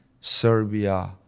Serbia